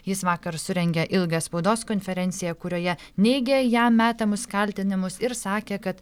jis vakar surengė ilgą spaudos konferenciją kurioje neigė jam metamus kaltinimus ir sakė kad